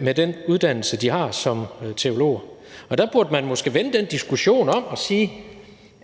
med den uddannelse, de har, som teolog. Der burde man måske vende den diskussion om og sige: